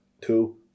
Two